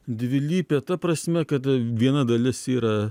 dvilypė ta prasme kad viena dalis yra